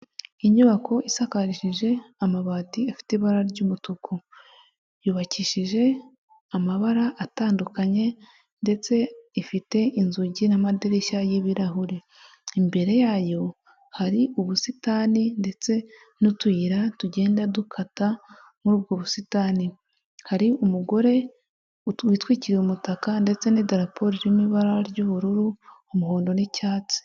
Inyubako isakarishije amabati afite ibara ry'umutuku, yubakishije amabara atandukanye ndetse ifite inzugi n'amadirishya y'ibirahure. Imbere yayo hari ubusitani ndetse n'utuyira tugenda dukata muri ubwo busitani. Hari umugore witwikiriye umutaka ndetse n'idaraporo ririmo ibara ry'ubururu, umuhondo n'icyatsi.